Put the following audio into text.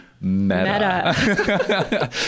Meta